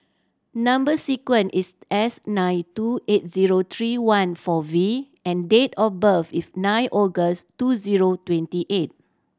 number sequence is S nine two eight zero three one four V and date of birth is nine August two zero twenty eight